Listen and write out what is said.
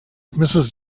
mrs